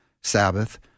Sabbath